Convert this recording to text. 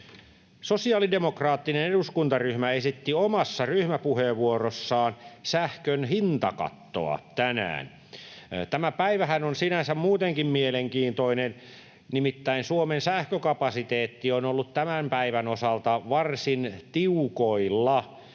Sosiaalidemokraattinen eduskuntaryhmä esitti tänään omassa ryhmäpuheenvuorossaan sähkön hintakattoa. Tämä päivähän on sinänsä muutenkin mielenkiintoinen, nimittäin Suomen sähkökapasiteetti on ollut tämän päivän osalta varsin tiukoilla.